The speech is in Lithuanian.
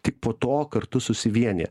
tik po to kartu susivienija